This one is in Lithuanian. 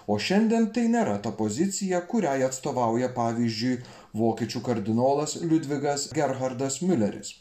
o šiandien tai nėra ta pozicija kuriai atstovauja pavyzdžiui vokiečių kardinolas liudvigas gerhardas miuleris